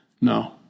No